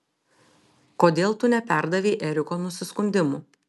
kodėl tu neperdavei eriko nusiskundimų